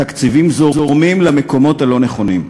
התקציבים זורמים למקומות הלא-נכונים.